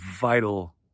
vital